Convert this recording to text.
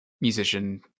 musician